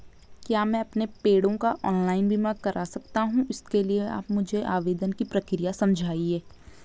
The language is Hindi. क्या मैं अपने पेड़ों का ऑनलाइन बीमा करा सकता हूँ इसके लिए आप मुझे आवेदन की प्रक्रिया समझाइए?